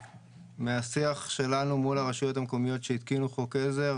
- מהשיח שלנו מול הרשויות המקומיות שהתקינו חוק עזר,